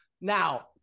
now